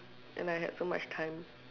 and I had so much time